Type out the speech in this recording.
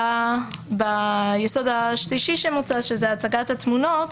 ביסוד השלישי שמוצע, שזה הצגת התמונות,